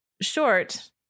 short